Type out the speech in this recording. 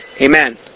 Amen